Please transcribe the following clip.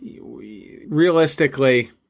realistically